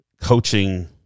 coaching